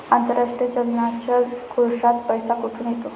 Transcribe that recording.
आंतरराष्ट्रीय चलनाच्या कोशात पैसा कुठून येतो?